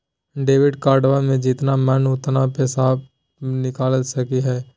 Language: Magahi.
डेबिट कार्डबा से जितना मन उतना पेसबा निकाल सकी हय?